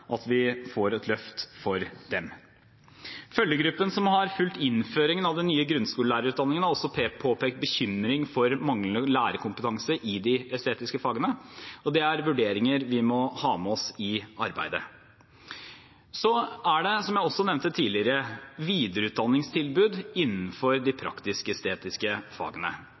Følgegruppen som har fulgt innføringen av den nye grunnskolelærerutdanningen, har påpekt bekymring for manglende lærerkompetanse i de estetiske fagene, og det er vurderinger vi må ha med oss i arbeidet. Så er det, som jeg også nevnte tidligere, videreutdanningstilbud innenfor de